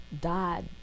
died